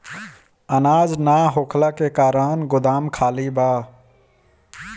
अनाज ना होखला के कारण गोदाम खाली बा